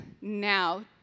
now